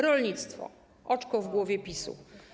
Rolnictwo - oczko w głowie PiS.